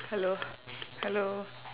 hello hello